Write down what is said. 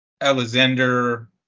Alexander